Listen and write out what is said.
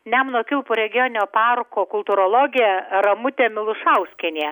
nemuno kilpų regioninio parko kultūrologė ramutė milušauskienė